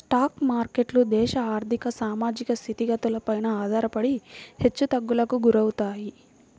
stock మార్కెట్లు దేశ ఆర్ధిక, సామాజిక స్థితిగతులపైన ఆధారపడి హెచ్చుతగ్గులకు గురవుతాయి